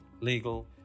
legal